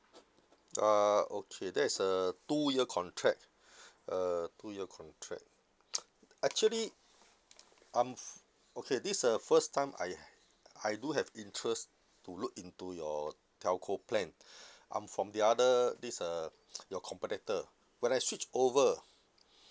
uh okay that is a two year contract uh two year contract actually I'm f~ okay this is uh first time I I do have interest to look into your telco plan I'm from the other this uh your competitor when I switch over